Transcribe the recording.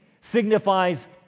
signifies